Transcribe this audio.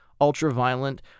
ultra-violent